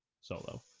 Solo